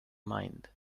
mind